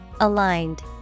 Aligned